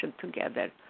together